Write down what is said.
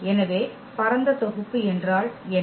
எனவே பரந்த தொகுப்பு என்றால் என்ன